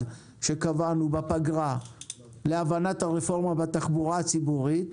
שקבענו בפגרה להבנת הרפורמה בתחבורה הציבורית